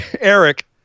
Eric